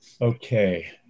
Okay